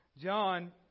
John